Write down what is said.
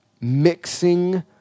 mixing